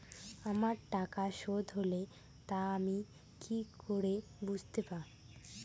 আমার টাকা শোধ হলে তা আমি কি করে বুঝতে পা?